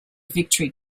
victory